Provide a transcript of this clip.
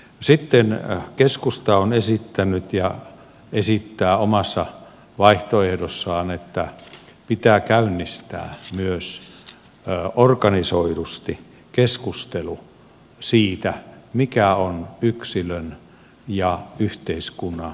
sitten keskusta on esittänyt ja esittää omassa vaihtoehdossaan että pitää käynnistää myös organisoidusti keskustelu siitä mikä on yksilön ja yhteiskunnan vastuun suhde